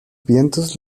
vientos